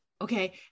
Okay